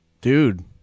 dude